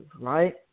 right